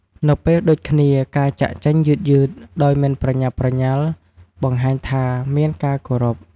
នៅពេលដូចគ្នា ការចាកចេញយឺតៗ ដោយមិនប្រញាប់ប្រញាល់ បង្ហាញថាមានការគោរព។